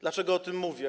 Dlaczego o tym mówię?